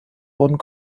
wurden